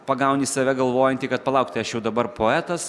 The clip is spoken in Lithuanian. pagauni save galvojantį kad palauk tai aš jau dabar poetas